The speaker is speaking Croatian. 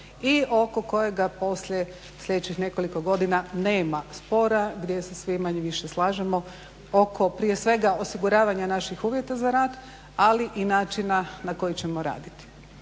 I oko kojega poslije sljedećih nekoliko godina nema spora gdje se svi manje-više slažemo oko prije svega osiguravanja naših uvjeta za rad, ali i način na koji ćemo raditi.